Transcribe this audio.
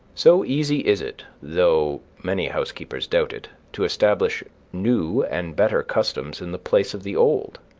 so easy is it, though many housekeepers doubt it, to establish new and better customs in the place of the old.